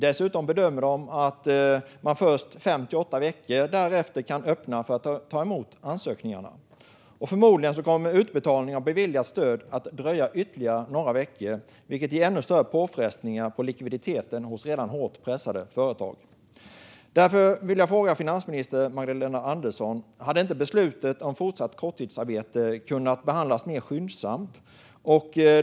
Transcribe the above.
Dessutom bedömer man att man först fem till åtta veckor därefter kan ta emot ansökningarna. Förmodligen kommer utbetalningarna av beviljat stöd att dröja ytterligare några veckor, vilket ger ännu större påfrestningar på likviditeten hos redan hårt pressade företag. Därför vill jag fråga finansminister Magdalena Andersson: Hade inte beslutet om fortsatt stöd vid korttidsarbete kunnat behandlas mer skyndsamt?